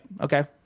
okay